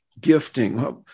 gifting